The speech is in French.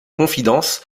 confidence